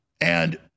And-